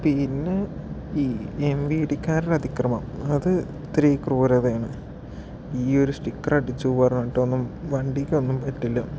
പിന്നെ ഈ M V ഡിക്കാരു അതിക്രമം അത് ഇത്തിരി ക്രൂരത ആണ് ഈ ഒരു സ്റ്റിക്കറടിച്ചു പറഞ്ഞിട്ടൊന്നും വണ്ടിയ്ക്ക് ഒന്നും പറ്റില്ല